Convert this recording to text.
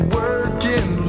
working